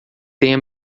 tenha